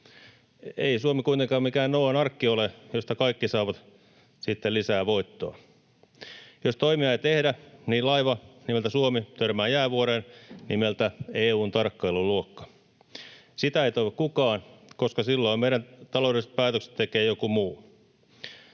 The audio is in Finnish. Ei Suomi kuitenkaan mikään Nooan arkki ole, josta kaikki saavat sitten lisää voittoa. Jos toimia ei tehdä, niin laiva nimeltä Suomi törmää jäävuoreen nimeltä EU:n tarkkailuluokka. Sitä ei toivo kukaan, koska silloin meidän taloudelliset päätöksemme tekee joku muu.